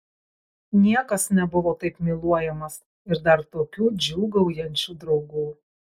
niekas nebuvo taip myluojamas ir dar tokių džiūgaujančių draugų